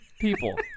people